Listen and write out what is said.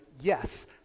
yes